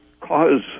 cause